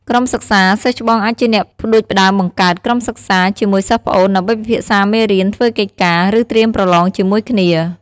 ក្រុមសិក្សា សិស្សច្បងអាចជាអ្នកផ្តួចផ្តើមបង្កើត ក្រុមសិក្សា ជាមួយសិស្សប្អូន ដើម្បីពិភាក្សាមេរៀន ធ្វើកិច្ចការ ឬត្រៀមប្រឡងជាមួយគ្នា។